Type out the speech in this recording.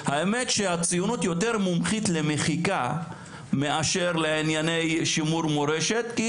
האמת שהציונות יותר מומחית למחיקה מאשר לענייני שימור מורשת כי,